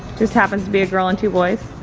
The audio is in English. just happens to be a girl and two boys?